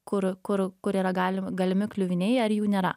kur kur kur yra galim galimi kliuviniai ar jų nėra